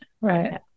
right